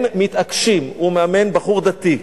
הם מתעקשים, הוא מאמן, בחור דתי.